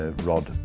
ah rod,